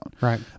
Right